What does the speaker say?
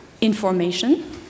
information